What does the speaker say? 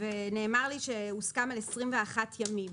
ונאמר לי שהוסכם על 21 ימים,